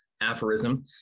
aphorism